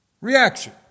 reaction